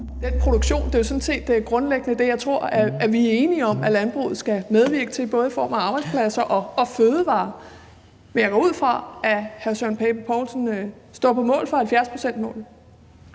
den produktion. Det er jo sådan set grundlæggende det, jeg tror vi er enige om at landbruget skal medvirke til, både i form af arbejdspladser og fødevarer. Men jeg går ud fra, at hr. Søren Pape Poulsen står på mål for 70-procentsmålet.